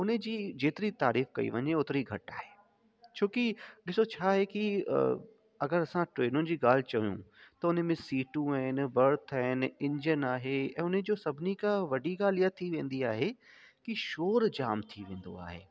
उने जी जेतिरी तारीफ़ कई वञे घटि आहे छो की ॾिसो छा आहे की अगरि असां ट्रेनुनि जी ॻाल्हि चऊं त उने में सीटूं आहिनि बर्थ आहिनि इंजन आहे ऐं उने जो सभिनी खां वॾी ॻाल्हि इहा थी वेंदी आहे की शोर जामु थी वेंदो आहे